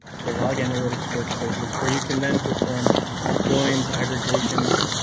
to log analytics workspaces, where you can then perform joins, aggregations,